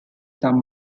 some